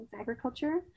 agriculture